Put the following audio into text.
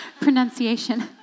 pronunciation